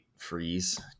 freeze